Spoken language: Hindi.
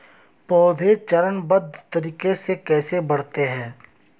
पौधे चरणबद्ध तरीके से कैसे बढ़ते हैं?